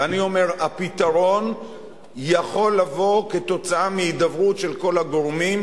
ואני אומר: הפתרון יכול לבוא כתוצאה מהידברות של כל הגורמים.